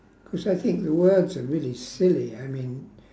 cause I think the words are really silly I mean